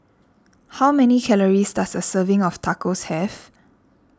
how many calories does a serving of Tacos have